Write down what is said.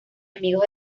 amigos